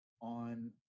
on